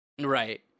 Right